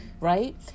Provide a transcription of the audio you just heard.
right